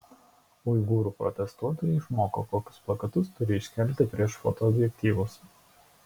uigūrų protestuotojai išmoko kokius plakatus turi iškelti prieš fotoobjektyvus